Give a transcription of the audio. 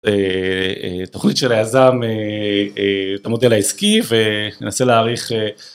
תוכנית של היזם את המודל העסקי וננסה להעריך